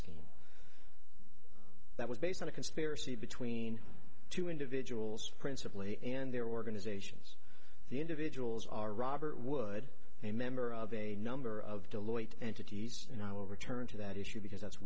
scheme that was based on a conspiracy between two individuals principally and their organizations the individuals are robert wood a member of a number of deloitte entities and i will return to that issue because that's